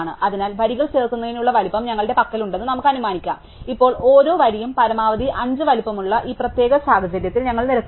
അതിനാൽ വരികൾ ചേർക്കുന്നതിനുള്ള വലുപ്പം ഞങ്ങളുടെ പക്കലുണ്ടെന്ന് നമുക്ക് അനുമാനിക്കാം ഇപ്പോൾ ഓരോ വരിയും പരമാവധി അഞ്ച് വലുപ്പമുള്ള ഈ പ്രത്യേക സാഹചര്യത്തിൽ ഞങ്ങൾ നിരത്തുന്നു